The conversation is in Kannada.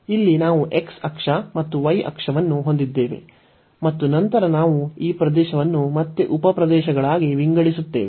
ಇಲ್ಲಿ ನಾವು x ಅಕ್ಷ ಮತ್ತು y ಅಕ್ಷವನ್ನು ಹೊಂದಿದ್ದೇವೆ ಮತ್ತು ನಂತರ ನಾವು ಈ ಪ್ರದೇಶವನ್ನು ಮತ್ತೆ ಉಪ ಪ್ರದೇಶಗಳಾಗಿ ವಿಂಗಡಿಸುತ್ತೇವೆ